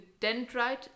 dendrite